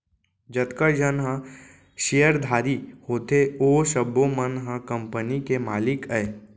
जतका झन ह सेयरधारी होथे ओ सब्बो मन ह कंपनी के मालिक अय